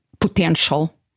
potential